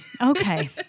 Okay